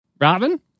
Robin